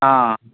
ఆ